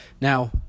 now